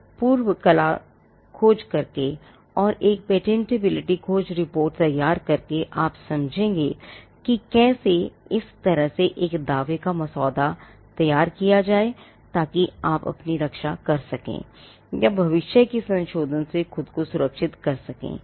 एक पूर्व कला खोज करके और एक पेटेंटबिलिटी खोज रिपोर्ट तैयार करके आप समझेंगे कि कैसे इस तरह से एक दावे का मसौदा तैयार किया जाए ताकि आप अपनी रक्षा कर सकें या भविष्य के संशोधन से खुद को सुरक्षित रख सकें